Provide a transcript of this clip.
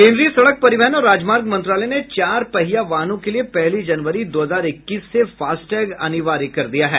केंद्रीय सड़क परिवहन और राजमार्ग मंत्रालय ने चार पहिया वाले सभी वाहनों के लिए पहली जनवरी दो हजार इक्कीस से फास्टैग अनिवार्य कर दिया है